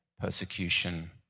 persecution